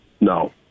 No